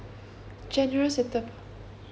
general setup